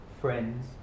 friends